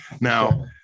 Now